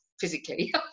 physically